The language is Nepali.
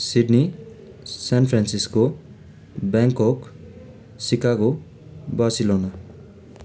Sydney San Francisco Bangkok Chicago Barcelona